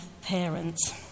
parents